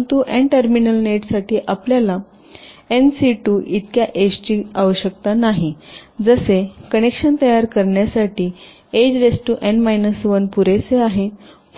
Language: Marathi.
परंतु एन टर्मिनल नेटसाठी आपल्याला इतक्या एजची आवश्यकता नाही जसे कनेक्शन तयार करण्यासाठी एज पुरेसे आहे